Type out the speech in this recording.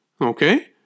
okay